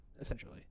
essentially